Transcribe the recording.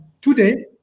today